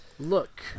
Look